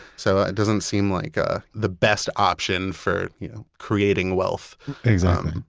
so it doesn't seem like ah the best option for you know creating wealth exactly.